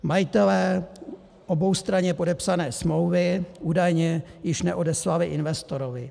Majitelé oboustranně podepsané smlouvy údajně již neodeslali investorovi.